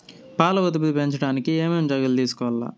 పాల ఉత్పత్తి పెంచడానికి ఏమేం జాగ్రత్తలు తీసుకోవల్ల?